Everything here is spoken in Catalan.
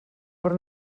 per